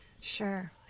Sure